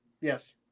Yes